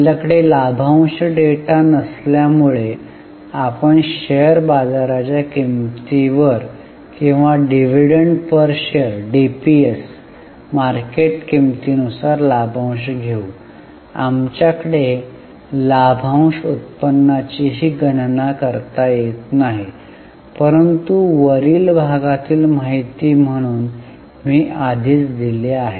आपल्याकडे लाभांश डेटा नसल्यामुळे आपण शेअर बाजाराच्या किंमतीवर किंवा DPS डीपीएस मार्केट किंमती नुसार लाभांश घेऊ आमच्याकडे लाभांश उत्पन्नाचीही गणना करता येत नाही परंतु वरील भागातील माहिती म्हणून मी आधीच दिले आहे